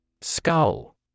Skull